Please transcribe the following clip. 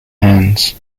hands